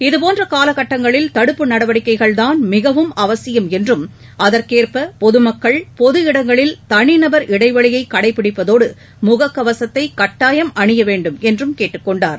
இதபோன்ற காலகட்டங்களில் தடுப்பு நடவடிக்கைகள் தான் மிகவும் அவசியம் என்றும் அதற்கேற்ப பொதுமக்கள் பொதுஇடங்களில் தளிநபர் இடைவெளியை கடைபிடிப்பதோடு முக கவசத்தை கட்டாயம் அணிய வேண்டும் என்றும் கேட்டுக் கொண்டார்